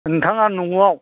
नोंथाङा न'आव